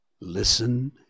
Listen